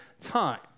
time